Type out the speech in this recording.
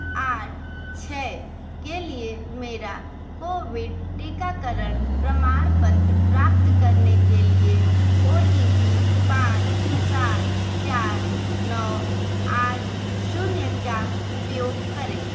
आठ छ के लिए मेरा कोविड टीकाकरण प्रमाणपत्र प्राप्त करने के लिए ओ टी पी पाँच सात चार नौ आठ शून्य का उपयोग करें